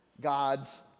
God's